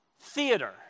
theater